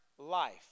life